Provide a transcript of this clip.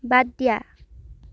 বাদ দিয়া